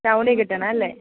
ടൗണിൽ കിട്ടണമല്ലേ